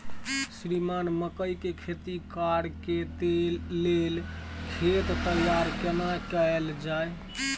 श्रीमान मकई के खेती कॉर के लेल खेत तैयार केना कैल जाए?